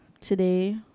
today